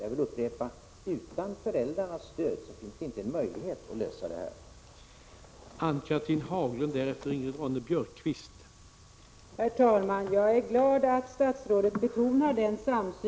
Jag vill upprepa: Utan föräldrarnas stöd finns det inte en möjlighet att lösa det här problemet.